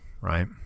right